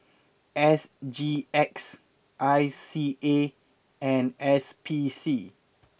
S G X I C A and S P C